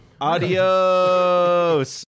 Adios